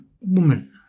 woman